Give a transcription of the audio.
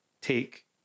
take